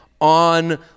on